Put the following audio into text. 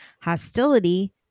Hostility